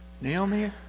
Naomi